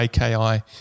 AKI